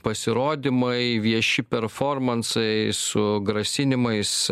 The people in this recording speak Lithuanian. pasirodymai vieši performansai su grasinimais